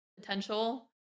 potential